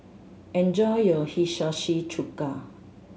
enjoy your Hiyashi Chuka